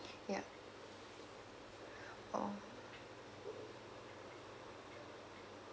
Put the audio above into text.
ya oh